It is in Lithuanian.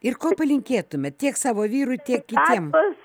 ir ko palinkėtumėt tiek savo vyrui tiek kitiem